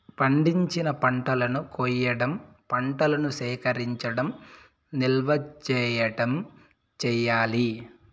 పండించిన పంటలను కొయ్యడం, పంటను సేకరించడం, నిల్వ చేయడం చెయ్యాలి